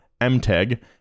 MTeg